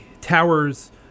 towers